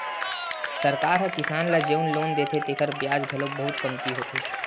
सरकार ह किसान ल जउन लोन देथे तेखर बियाज घलो बहुते कमती होथे